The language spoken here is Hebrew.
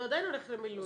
הוא עדיין הולך למילואים.